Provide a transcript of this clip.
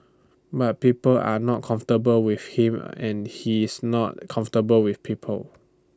but people are not comfortable with him and he is not comfortable with people